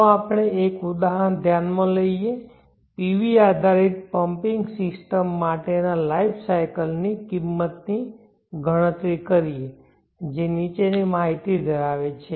ચાલો આપણે એક ઉદાહરણ ધ્યાનમાં લઈએ PV આધારિત પમ્પિંગ સિસ્ટમ માટેના લાઈફ સાયકલ ની કિંમતની ગણતરી કરીએ જે નીચેની માહિતી ધરાવે છે